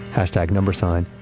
hashtag number sign,